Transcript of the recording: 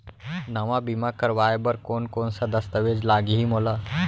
नवा बीमा करवाय बर कोन कोन स दस्तावेज लागही मोला?